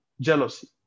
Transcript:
jealousy